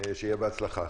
שיהיה בהצלחה.